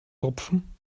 rupfen